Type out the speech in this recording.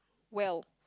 well